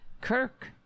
Kirk